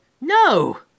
no